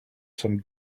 some